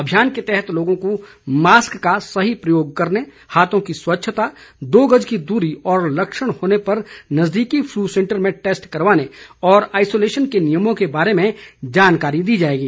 अभियान के तहत लोगों को मास्क का सही प्रयोग करने हाथों की स्वच्छता दो गज की दूरी और लक्षण होने पर नजदीकी फ्लू सेंटर में टैस्ट करवाने और आइसोलेशन के नियमों के बारे में जानकारी दी जाएगी